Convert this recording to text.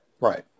Right